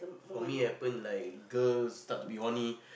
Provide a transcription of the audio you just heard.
for me it happen like girls start to be horny